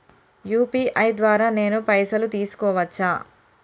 UPI ద్వారా నేను పైసలు తీసుకోవచ్చా?